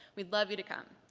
we'd love you to come.